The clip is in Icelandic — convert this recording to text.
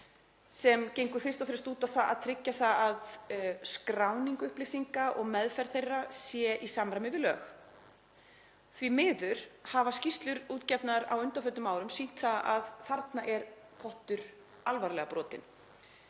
sem gengur fyrst og fremst út á það að tryggja að skráning upplýsinga og meðferð þeirra sé í samræmi við lög. Því miður hafa skýrslur útgefnar á undanförnum árum sýnt að þarna er pottur alvarlega brotinn.